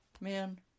Man